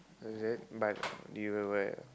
is it but do you have a